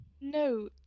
No